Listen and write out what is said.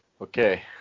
okay